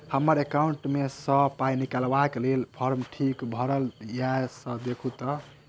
हम्मर एकाउंट मे सऽ पाई निकालबाक लेल फार्म ठीक भरल येई सँ देखू तऽ?